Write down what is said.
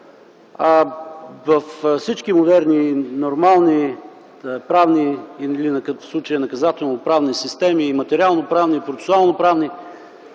Във всички модерни, нормални правни, в случая наказателно-правни системи, и материалноправни, и процесуалноправни,